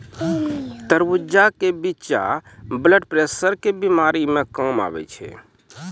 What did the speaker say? तरबूज के बिच्चा ब्लड प्रेशर के बीमारी मे काम आवै छै